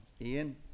Ian